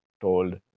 told